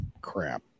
crap